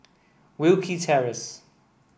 Wilkie Terrace